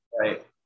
right